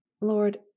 Lord